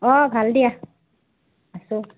অঁ ভাল দিয়া আছোঁ